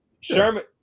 Sherman